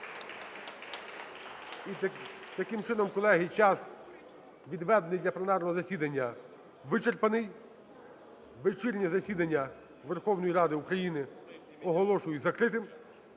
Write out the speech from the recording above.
І, таким чином, колеги, час, відведений для пленарного засідання, вичерпаний. Вечірнє засідання Верховної Ради України оголошую закритим.